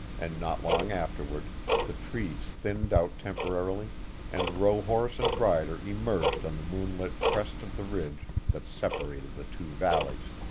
and not long afterward the trees thinned out temporarily and rohorse and rider emerged on the moonlit crest of the ridge that separated the two valleys.